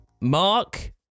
Mark